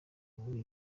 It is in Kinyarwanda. muri